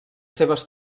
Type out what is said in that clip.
seves